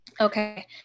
Okay